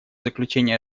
заключения